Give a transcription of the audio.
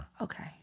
Okay